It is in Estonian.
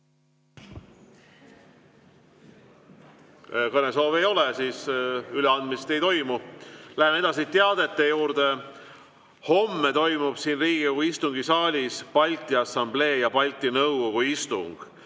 Kõnesoove ei ole, seega üleandmist ei toimu. Läheme edasi teadete juurde. Homme toimub siin Riigikogu istungisaalis Balti Assamblee ja Balti Nõukogu istung.